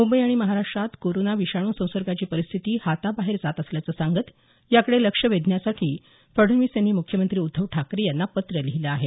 मुंबई आणि महाराष्ट्रात कोरोना विषाणू संसर्गाची परिस्थिती हाताबाहेर जात असल्याचं सांगत याकडे लक्ष वेधण्यासाठी फडणवीस यांनी मुख्यमंत्री उद्धव ठाकरे यांना पत्र लिहिलं आहे